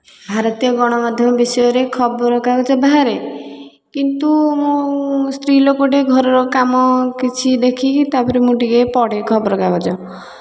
ଭାରତୀୟ ଗଣମାଧ୍ୟମ ବିଷୟରେ ଖବର କାଗଜ ବାହାରେ କିନ୍ତୁ ମୁଁ ସ୍ତ୍ରୀ ଲୋକଟେ ଘରର କାମ କିଛି ଦେଖିକି ତା'ପରେ ମୁଁ ଟିକେ ପଢ଼େ ଖବର କାଗଜ